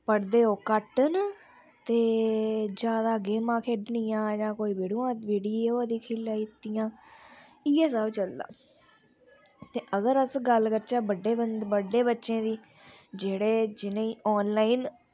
पढ़दे ओह् घट्ट न ते जादै गेमां खेड्डनियां जां कोई वीडियो लाई दित्ती खेल्लें दियां इयै स्हाब् चलदा ते अगर अस गल्ल करचै बड्डे बच्चें दी जेह्ड़े जिनेंगी ऑनलाइन